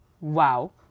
Wow